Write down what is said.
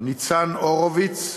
ניצן הורוביץ,